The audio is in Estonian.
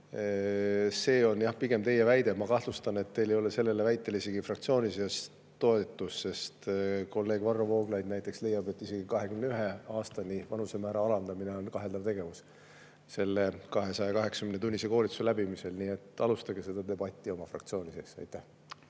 see on pigem teie väide. Ma kahtlustan, et teil ei ole sellele väitele isegi fraktsiooni sees toetust, sest näiteks kolleeg Varro Vooglaid leiab, et isegi 21 aastani vanusemäära alandamine on kaheldav tegevus peale selle 280-tunnise koolituse läbimist. Nii et alustage seda debatti oma fraktsiooni sees. Jah,